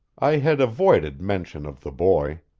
i had avoided mention of the boy.